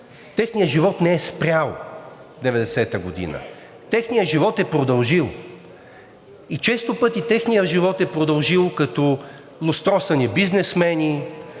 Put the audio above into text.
техният живот не е спрял 1990 г., техният живот е продължил и често пъти техният живот е продължил като лустросани бизнесмени,